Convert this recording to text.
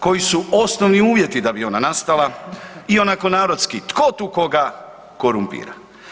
Koji su osnovni uvjeti da bi ona nastala i onako narodski, tko tu koga korumpira?